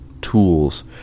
tools